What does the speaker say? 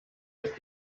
ist